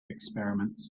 experiments